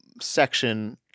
section